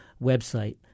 website